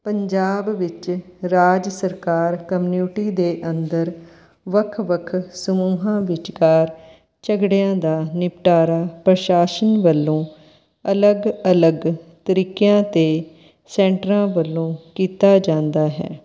ਪੰਜਾਬ ਵਿੱਚ ਰਾਜ ਸਰਕਾਰ ਕਮਿਨਿਊਟੀ ਦੇ ਅੰਦਰ ਵੱਖ ਵੱਖ ਸਮੂਹਾਂ ਵਿਚਕਾਰ ਝਗੜਿਆਂ ਦਾ ਨਿਪਟਾਰਾ ਪ੍ਰਸ਼ਾਸਨ ਵੱਲੋਂ ਅਲੱਗ ਅਲੱਗ ਤਰੀਕਿਆਂ ਅਤੇ ਸੈਂਟਰਾਂ ਵੱਲੋਂ ਕੀਤਾ ਜਾਂਦਾ ਹੈ